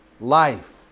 life